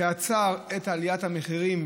שעצר את עליית המחירים,